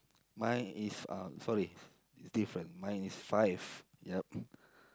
mine is uh sorry it's different mine is five yup